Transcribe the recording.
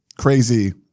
crazy